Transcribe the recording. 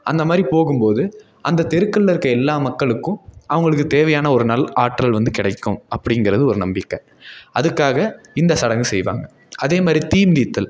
அந்தமாதிரி போகும்போது அந்த தெருக்களில் இருக்க எல்லா மக்களுக்கும் அவங்களுக்கு தேவையான ஒரு நல் ஆற்றல் வந்து கிடைக்கும் அப்படிங்கிறது ஒரு நம்பிக்கை அதுக்காக இந்த சடங்கு செய்வாங்க அதேமாதிரி தீ மிதித்தல்